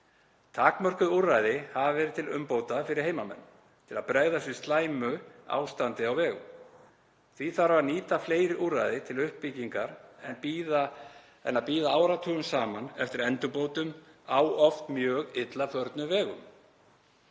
Takmörkuð úrræði hafa verið til umbóta fyrir heimamenn til að bregðast við slæmu ástandi á vegum. Því þarf að nýta fleiri úrræði til uppbyggingar í stað þess að bíða áratugum saman eftir endurbótum á oft mjög illa förnum vegum.